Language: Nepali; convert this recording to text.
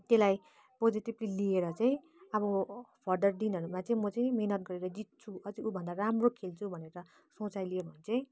त्यसलाई पोजिटिभली लिएर चाहिँ अब फर्दर दिनहरूमा चाहिँ म चाहिँ मिहिनेत गरेर जित्छु अझै उभन्दा राम्रो खेल्छु भनेर सोचाइ लियो भने चाहिँ